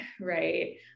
Right